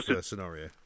scenario